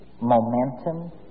momentum